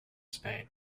spain